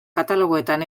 katalogoetan